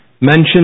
mentioned